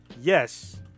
Yes